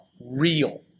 real